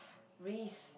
risk